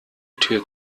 tür